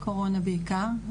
קורונה בעיקר.